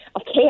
Okay